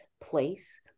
place